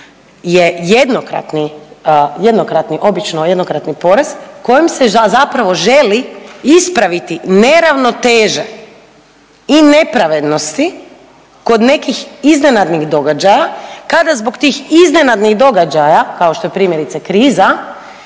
jednokratni, obično jednokratni porez kojim se zapravo želi ispraviti neravnoteža i nepravednosti kod nekih iznenadnih događaja kada zbog tih iznenadnih događaja, kao što je primjerice kriza,